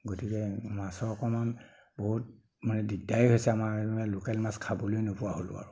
গতিকে মাছৰ অকণমান বহুত মানে দিকদাৰে হৈছে আমাৰ মানে লোকেল মাছ খাবলৈ নোপোৱা হ'লোঁ আৰু